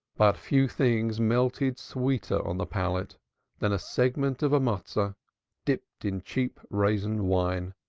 but few things melted sweeter on the palate than a segment of a matso dipped in cheap raisin wine